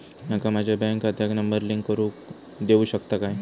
माका माझ्या बँक खात्याक नंबर लिंक करून देऊ शकता काय?